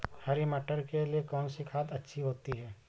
हरी मटर के लिए कौन सी खाद अच्छी होती है?